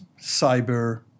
cyber